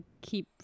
keep